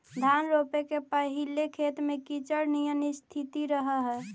धान रोपे के पहिले खेत में कीचड़ निअन स्थिति रहऽ हइ